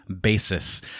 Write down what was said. basis